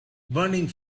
burning